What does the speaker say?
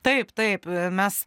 taip taip mes